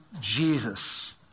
Jesus